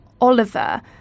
Oliver